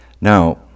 Now